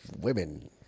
Women